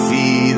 See